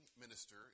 minister